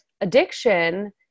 addiction